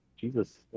Jesus